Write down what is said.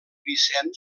vicent